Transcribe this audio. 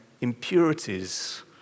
impurities